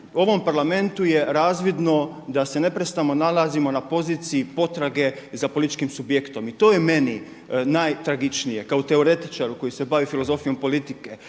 ovom Parlamentu je razvidno da se neprestano nalazimo na poziciji potrage za političkim subjektom i to je meni najtragičnije kao teoretičaru koji se bavi filozofijom politike.